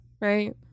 Right